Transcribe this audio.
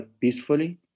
peacefully